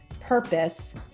purpose